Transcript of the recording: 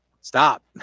stop